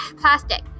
plastic